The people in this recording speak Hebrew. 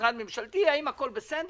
משרד ממשלתי האם הכול בסדר?